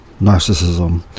Narcissism